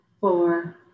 four